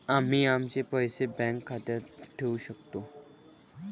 आम्ही आमचे पैसे बँक खात्यात ठेवू शकतो